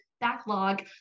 backlog